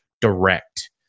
direct